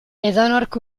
edonork